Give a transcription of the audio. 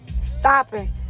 stopping